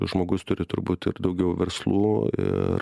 žmogus turi turbūt ir daugiau verslų ir